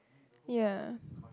ya